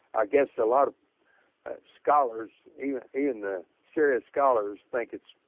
i guess a lot of scholars even even the serious scholars think it's,